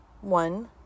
One